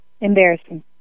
Embarrassing